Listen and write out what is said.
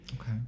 okay